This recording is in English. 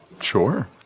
Sure